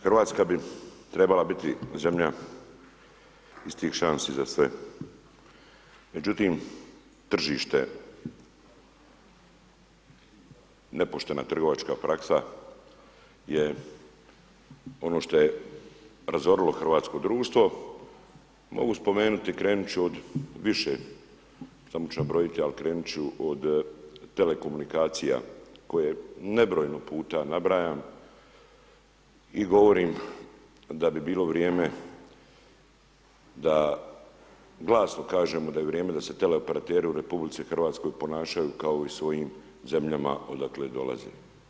Hrvatska bi trebala biti zemlja istih šansi za sve, međutim tržište, nepoštena trgovačka praksa je ono šta je razorilo hrvatsko društvo, mogu spomenuti, krenuti ću od višeg samo ću nabrojiti, ali krenuti ću od telekomunikacije, koje nebrojeno puta nabrajam i govorim da bi bilo vrijeme da glasno kažemo da je vrijeme da se teleoperateri u RH ponašaju kao i u svojim zemljama odakle dolaze.